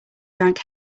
drank